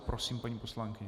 Prosím, paní poslankyně.